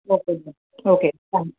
okay okay okay ah